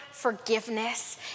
forgiveness